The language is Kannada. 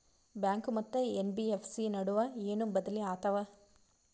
ಬ್ಯಾಂಕು ಮತ್ತ ಎನ್.ಬಿ.ಎಫ್.ಸಿ ನಡುವ ಏನ ಬದಲಿ ಆತವ?